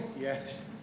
Yes